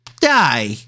die